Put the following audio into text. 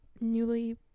newly